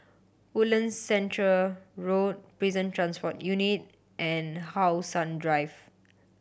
Woodlands Centre Road Prison Transport Unit and How Sun Drive